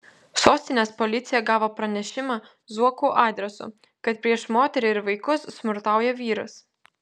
sostinės policija gavo pranešimą zuokų adresu kad prieš moterį ir vaikus smurtauja vyras